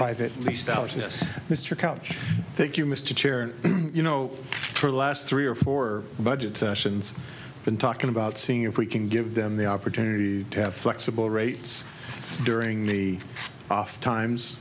arrived at least ours is mr couch thank you mr chair and you know for the last three or four budgets sions been talking about seeing if we can give them the opportunity to have flexible rates during the off times